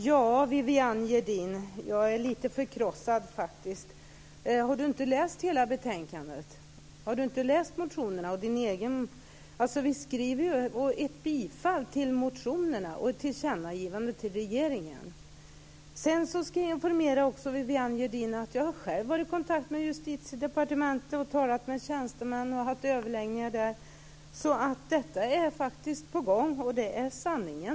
Herr talman! Jag är faktiskt lite förkrossad. Har inte Viviann Gerdin läst hela betänkandet och motionerna? Vi har ju bifallit motionerna och gjort ett tillkännagivande till regeringen. Jag ska också informera Viviann Gerdin om att jag själv har varit i kontakt med Justitiedepartementet. Jag har talat med tjänstemän och haft överläggningar där. Detta är alltså faktiskt på gång, och det är sanningen.